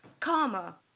karma